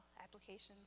applications